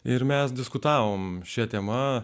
ir mes diskutavome šia tema